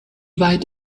weit